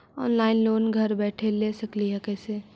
Online loan घर बैठे ले सकली हे, कैसे?